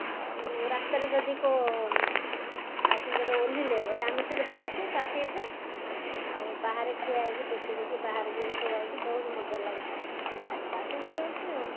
ଆଉ ରାସ୍ତାରେ ଯଦି କୋ ପାସେଞ୍ଜର୍ ଓହ୍ଲେଇଲେ ବୋଲେ ଆମେ ସେଇଟି ବସୁଛୁ ତା ସିଟ୍ରେ ଆଉ ବାହାରେ ଠିଆ ହୋଇକି ଦେଖି ଦେଖି ବାହହାର ଜିନିଷ ଯାଉଚୁ ବହୁତ ମଜା ଲାଗୁଛି ଟାଇମ୍ ପାସ୍ ହୋଇଯାଉଛି ଆଉ